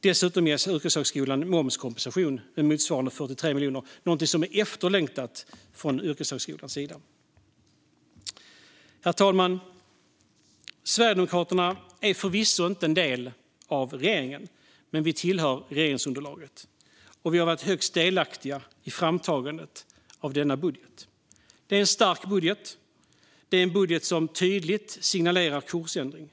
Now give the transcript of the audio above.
Dessutom ges yrkeshögskolan momskompensation med motsvarande 43 miljoner, något som är efterlängtat från yrkeshögskolans sida. Herr talman! Sverigedemokraterna är förvisso inte en del av regeringen, men vi tillhör regeringsunderlaget och har varit högst delaktiga i framtagandet av denna budget. Det är en stark budget och en budget som tydligt signalerar en kursändring.